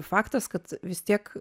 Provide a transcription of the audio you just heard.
faktas kad vis tiek